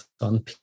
on